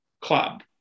Club